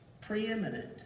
preeminent